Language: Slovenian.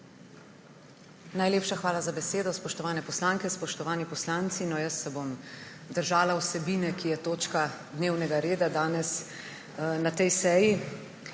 Najlepša hvala za besedo. Spoštovane poslanke, spoštovani poslanci! Jaz se bom držala vsebine, ki je točka dnevnega reda danes na tej seji.